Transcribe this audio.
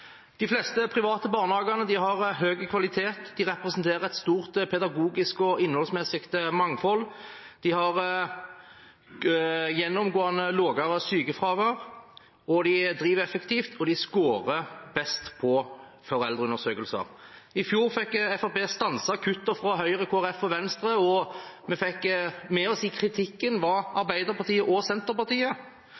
De fleste private barnehager har høy kvalitet, de representerer et stort pedagogisk og innholdsmessig mangfold, de har gjennomgående lavere sykefravær, de driver effektivt, og de skårer best på foreldreundersøkelser. I fjor fikk Fremskrittspartiet stanset kuttene fra Høyre, Kristelig Folkeparti og Venstre, og vi fikk med oss Arbeiderpartiet og Senterpartiet i kritikken.